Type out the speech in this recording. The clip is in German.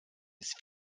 ist